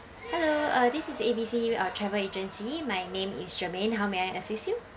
hello uh this is A B C uh travel agency my name is germane how may I assist you